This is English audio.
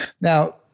Now